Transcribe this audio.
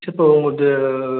இப்போ உங்களுக்கு